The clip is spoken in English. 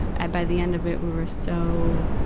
ah by the end of it, we were so,